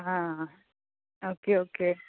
आं आं ओके